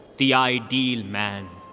the ideal man.